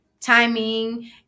timing